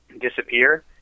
disappear